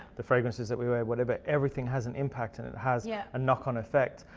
the fragrances that we wear, whatever. everything has an impact and it has yeah a knock on effect.